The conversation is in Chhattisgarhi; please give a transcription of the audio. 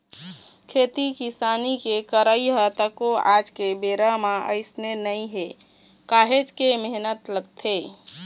खेती किसानी के करई ह तको आज के बेरा म अइसने नइ हे काहेच के मेहनत लगथे